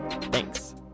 Thanks